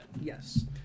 Yes